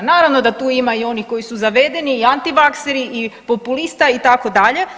Naravno da tu ima i onih koji su zavedeni, i antivakseri, i populista itd.